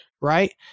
right